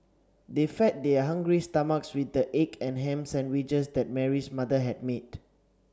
they fed their hungry stomachs with the egg and ham sandwiches that Mary's mother had made